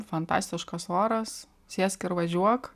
fantastiškas oras sėsk ir važiuok